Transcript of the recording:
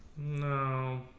no